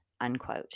unquote